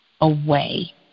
away